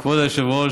כבוד היושב-ראש,